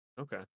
okay